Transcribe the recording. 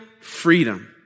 freedom